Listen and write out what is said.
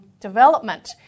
development